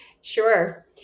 Sure